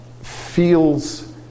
feels